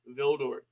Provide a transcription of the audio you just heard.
Vildor